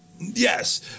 Yes